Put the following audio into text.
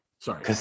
Sorry